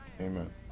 Amen